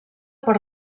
per